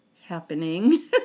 happening